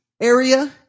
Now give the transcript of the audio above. area